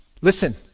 Listen